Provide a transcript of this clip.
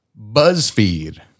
BuzzFeed